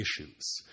issues